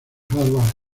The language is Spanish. harvard